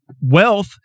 wealth